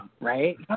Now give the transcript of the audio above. Right